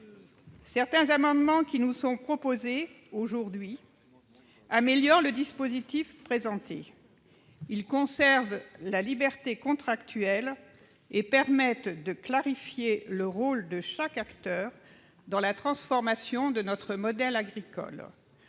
certains amendements qui nous sont aujourd'hui proposés visent à améliorer le dispositif présenté. Ils prévoient de conserver la liberté contractuelle et permettent de clarifier le rôle de chaque acteur dans la transformation de notre modèle agricole.